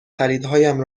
خریدهایم